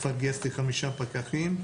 כבר גייסתי חמישה פקחים.